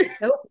Nope